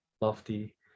lofty